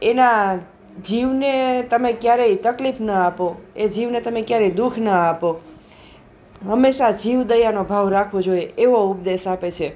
એના જીવને તમે ક્યારેય તકલીફ ન આપો એ જીવને તમે ક્યારેય દુ ખ ન આપો હંમેશા જીવદયાનો ભાવ રાખવો જોઈએ એવો ઉપદેશ આપે છે